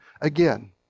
again